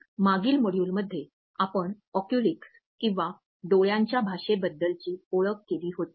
मागील मॉड्यूलमध्ये आपण ऑक्युलिक्स किंवा डोळ्यांच्या भाषेबद्दलची ओळख केली होती